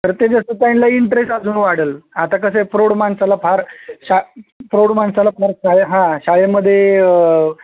तर ते जास्त त्यांना इंटरेस्ट अजून वाढेल आता कसं आहे प्रौढ माणसाला फार शा प्रौढ माणसाला हा शाळेमध्ये